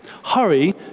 Hurry